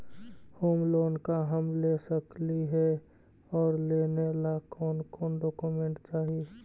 Home loan का हम ले सकली हे, और लेने ला कोन कोन डोकोमेंट चाही?